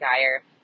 Geyer